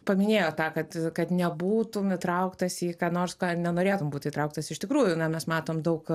paminėjot tą kad kad nebūtum įtrauktas į ką nors ką nenorėtum būt įtrauktas iš tikrųjų na mes matom daug